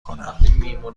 کنم